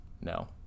No